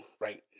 right